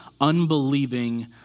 unbelieving